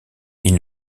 ils